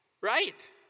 right